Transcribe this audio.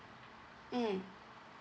mm